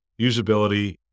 usability